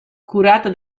curata